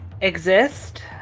exist